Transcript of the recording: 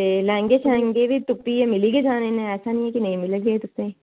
ते लैंह्गे शैंह्गे बी तुप्पियै मिल्ली गै जाने न ऐसा निं ऐ के नेईं मिलगे तुसें गी